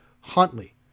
Huntley